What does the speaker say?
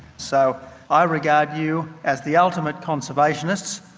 so i regard you as the ultimate conservationists.